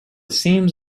seems